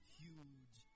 huge